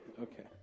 okay